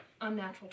Unnatural